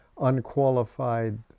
unqualified